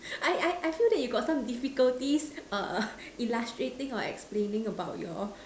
I I I feel that you got some difficulties err illustrating or explaining about your